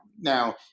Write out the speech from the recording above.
Now